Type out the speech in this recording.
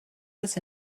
this